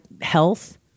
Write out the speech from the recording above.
health